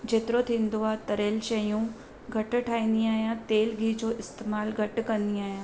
जेतिरो थींदो आहे तरियलु शयूं घटि ठाहींदी आहियां तेल गिह जो इस्तेमालु घटि कंदी आहियां